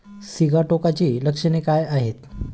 सिगाटोकाची लक्षणे काय आहेत?